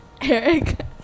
Eric